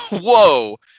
Whoa